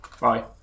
Bye